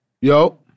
yo